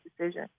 decision